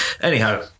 Anyhow